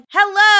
Hello